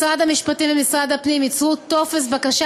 משרד המשפטים ומשרד הפנים ייצרו טופס בקשה